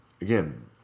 again